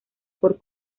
por